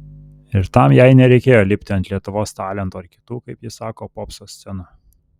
ir tam jai nereikėjo lipti ant lietuvos talentų ar kitų kaip ji sako popso scenų